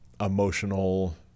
emotional